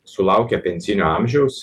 sulaukia pensijinio amžiaus